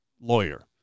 lawyer